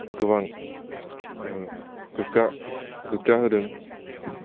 गोबां गोग्गा होदों